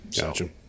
Gotcha